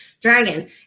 dragon